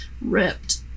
ripped